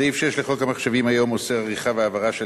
סעיף 6 לחוק המחשבים היום אוסר עריכה והעברה של